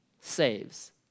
saves